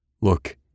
Look